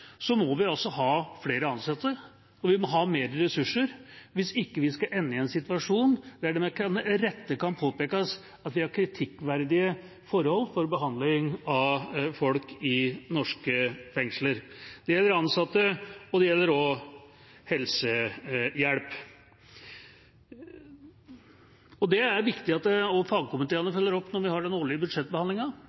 må vi ha flere ansatte og flere ressurser hvis vi ikke skal ende i en situasjon der det med rette kan påpekes at vi har kritikkverdige forhold i behandlingen av folk i norske fengsler. Det gjelder både ansatte og helsehjelp. Dette er det viktig at også fagkomiteene følger opp når vi har den årlige